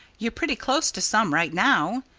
you're pretty close to some right now.